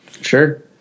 Sure